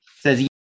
says